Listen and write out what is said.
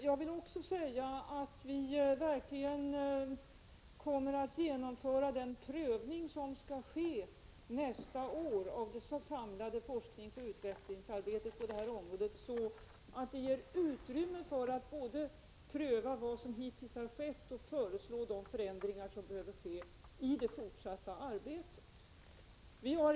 Jag vill också säga att vi verkligen kommer att genomföra den prövning som skall ske nästa år av det samlade forskningsoch utvecklingsarbetet på det här området så att det blir utrymme för att både pröva vad som hittills har skett och föreslå de förändringar som behöver ske i det fortsatta arbetet.